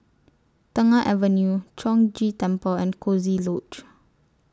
Tengah Avenue Chong Ghee Temple and Coziee Lodge